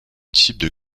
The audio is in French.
disciple